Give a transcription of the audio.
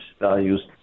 values